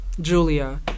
Julia